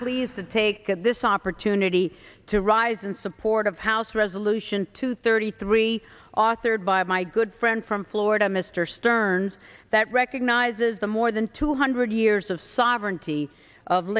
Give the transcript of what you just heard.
pleased to take this opportunity to rise in support of house resolution two thirty three authored by my good friend from florida mr stearns that recognizes the more than two hundred years of sovereignty of